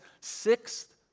sixth